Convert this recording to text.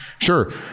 Sure